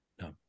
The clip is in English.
No